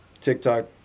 TikTok